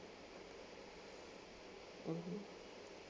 mmhmm